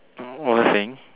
um what was I saying